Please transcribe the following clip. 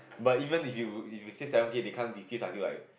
but even if you if you say seven K they can't decrease until like